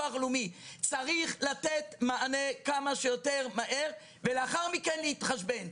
צריך לתת מעננה כמה שיותר מהר ולאחרי מכן להתחשבן.